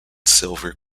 silver